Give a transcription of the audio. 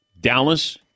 Dallas